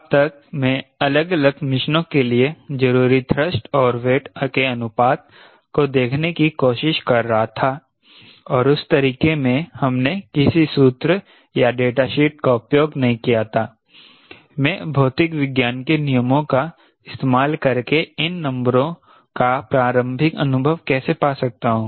अब तक मैं अलग अलग मिशनों के लिए जरूरी थ्रस्ट और वेट के अनुपात को देखने की कोशिश कर रहा था और उस तरीके में हमने किसी सूत्र या डेटा शीट का उपयोग नहीं किया था मैं भौतिक विज्ञान के नियमो का इस्तेमाल करके इन नंबरों का प्रारंभिक अनुभव कैसे पा सकता हूं